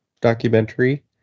documentary